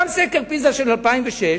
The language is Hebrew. גם סקר "פיזה" של 2006,